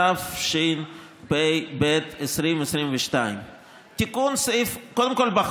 התשפ"ב 2022. קודם כול,